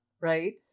right